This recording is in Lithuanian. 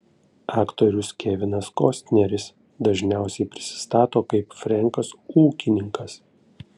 aktorius kevinas kostneris dažniausiai prisistato kaip frenkas ūkininkas